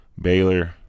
Baylor